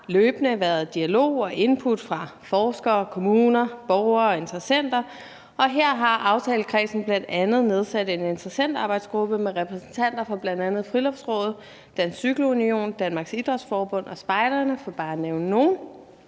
løbende været dialog og input fra forskere, kommuner, borgere og interessenter, og her har aftalekredsen bl.a. nedsat en interessentarbejdsgruppe med repræsentanter fra bl.a. Friluftsrådet, Danmarks Cykle Union, Danmarks Idrætsforbund og spejderne – for bare at nævne nogle